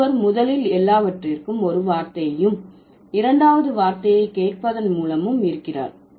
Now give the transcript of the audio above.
ஒருவர் முதலில் எல்லாவற்றிற்கும் ஒரு வார்த்தையையும் இரண்டாவது வார்த்தையை கேட்பதன் மூலமும் இருக்கிறார்